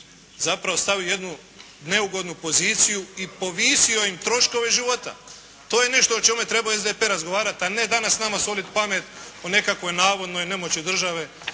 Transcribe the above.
zapravo stavio u jednu neugodnu poziciju i povisio im troškove života. To je nešto o čemu je trebao SDP razgovarat a ne danas nama solit pamet o nekakvoj navodnoj nemoći države